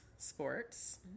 Sports